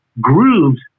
grooves